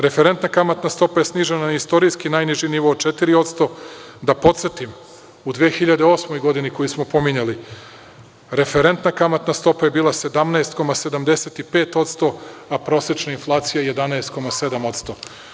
Referentna kamatna stopa je snižena na istorijski najniži nivo od 4%, da podsetim u 2008. godini koju smo pominjali, referentna kamatna stopa je bila 17,75%, a prosečna inflacija 11,7%